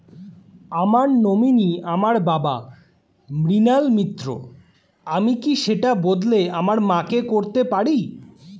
আমার নমিনি আমার বাবা, মৃণাল মিত্র, আমি কি সেটা বদলে আমার মা কে করতে পারি?